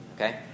okay